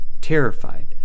terrified